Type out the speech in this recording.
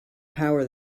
power